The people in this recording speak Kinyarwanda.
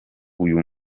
uyu